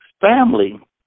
Family